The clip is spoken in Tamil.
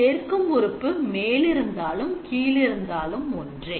சேர்க்கும் உறுப்பு மேல் இருந்தாலும் கீழ் இருந்தாலும் ஒன்றே